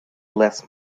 les